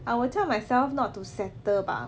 I will tell myself not to settle bah